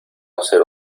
hacer